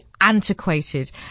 antiquated